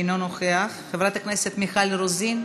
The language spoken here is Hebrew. אינו נוכח, חברת הכנסת מיכל רוזין,